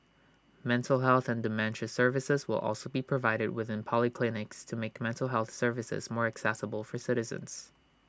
mental health and dementia services will also be provided within polyclinics to make mental health services more accessible for citizens